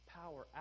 power